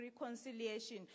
reconciliation